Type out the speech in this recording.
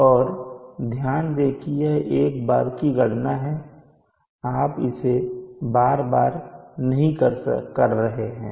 और ध्यान दें कि यह एक बार की गणना है आप इसे हर बार नहीं कर रहे हैं